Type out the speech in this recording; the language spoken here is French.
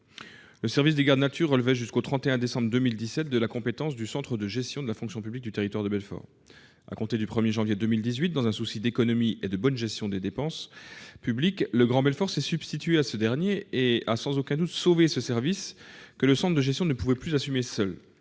son service de gardes nature. Ce service relevait jusqu'au 31 décembre 2017 de la compétence du centre de gestion de la fonction publique du Territoire de Belfort. À compter du 1 janvier 2018, dans un souci d'économie et de bonne gestion des dépenses publiques, le Grand Belfort s'est substitué à ce dernier et a sans aucun doute sauvé un service que le centre de gestion ne pouvait plus assumer seul.